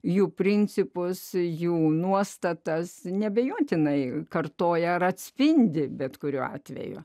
jų principus jų nuostatas neabejotinai kartoja ar atspindi bet kuriuo atveju